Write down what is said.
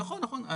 נכון, נכון.